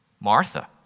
Martha